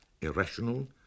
irrational